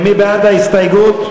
מפקד אוכלוסין,